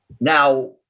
Now